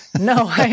No